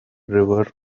river